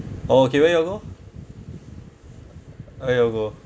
okay where you go where you go